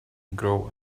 grow